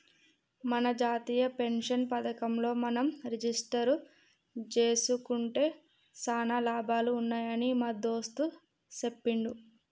మన జాతీయ పెన్షన్ పథకంలో మనం రిజిస్టరు జేసుకుంటే సానా లాభాలు ఉన్నాయని మా దోస్త్ సెప్పిండు